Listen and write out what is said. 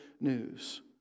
news